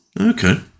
Okay